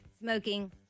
Smoking